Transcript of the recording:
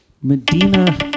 Medina